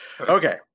Okay